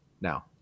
now